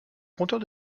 compteur